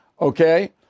Okay